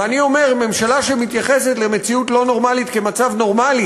ואני אומר: ממשלה שמתייחסת למציאות לא נורמלית כמצב נורמלי